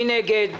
מי נגד?